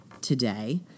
today